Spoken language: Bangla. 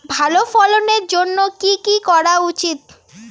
ভালো ফলনের জন্য কি কি করা উচিৎ?